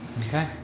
Okay